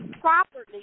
properly